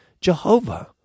Jehovah